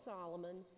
Solomon